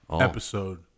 episode